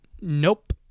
Nope